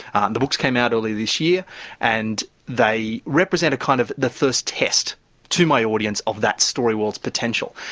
and the books came out earlier this year and they represent kind of the first test to my audience of that story world's potential.